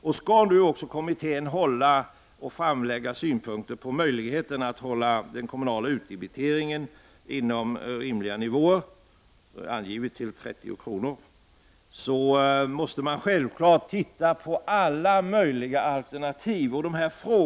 Om nu kommittén också skall framlägga synpunkter på möjligheterna att hålla den kommunala utdebiteringen inom rimliga nivåer — angivet till 30 kr. — måste man självfallet titta på alla möjliga alternativ.